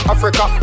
Africa